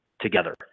together